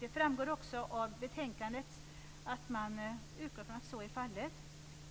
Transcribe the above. Det framgår också av betänkandet, att man utgår från att så är fallet.